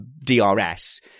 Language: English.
DRS